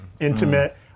intimate